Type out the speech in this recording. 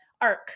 arc